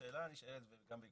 השאלה הנשאלת --- תרים